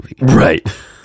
Right